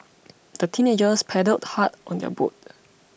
the teenagers paddled hard on their boat